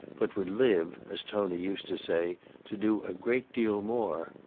but would live as tony used to say to do a great deal more.